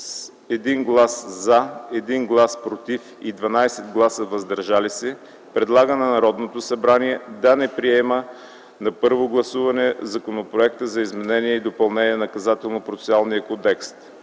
С 1 глас „за”, 1 глас „против” и 12 гласа „въздържал се” предлага на Народното събрание да не приеме на първо гласуване Законопроекта за изменение и допълнение на Наказателно-процесуалния кодекс,